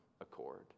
accord